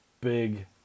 big